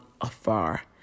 afar